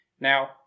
now